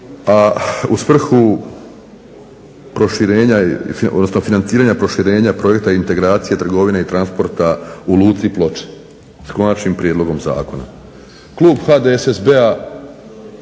a u svrhu proširenja, odnosno financiranja proširenja projekta integracije trgovine i transporta u luci Ploče, s konačnim prijedlogom zakona. Klub HDSSB-a